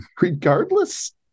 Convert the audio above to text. Regardless